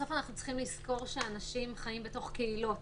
בסוף אנחנו צריכים לזכור שאנשים חיים בתוך קהילות.